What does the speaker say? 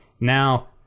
Now